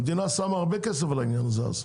המדינה שמה הרבה כסף על הדבר הזה אז.